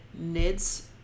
NIDS